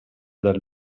dal